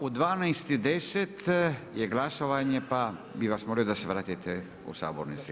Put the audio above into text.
U 12,10 je glasovanje pa bih vas molio da se vratite u sabornicu.